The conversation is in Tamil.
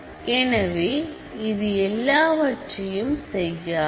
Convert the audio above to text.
எனவே இது எல்லாவற்றையும் செய்யாது